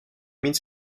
mines